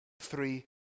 three